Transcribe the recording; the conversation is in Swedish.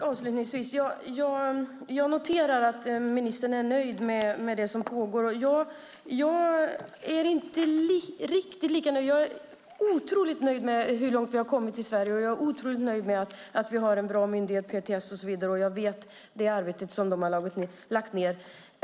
Herr talman! Jag noterar att ministern är nöjd med det som pågår. Jag är inte riktigt lika nöjd. Jag är otroligt nöjd med hur långt vi har kommit i Sverige, och jag är otroligt nöjd med att vi har en bra myndighet, PTS, och så vidare. Jag känner till det arbete som de har lagt ned.